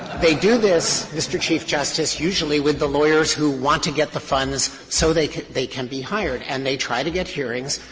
they do this, mr. chief justice, usually with the lawyers who want to get the funds so they can they can be hired. and they try to get hearings,